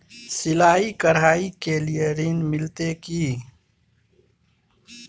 सिलाई, कढ़ाई के लिए ऋण मिलते की?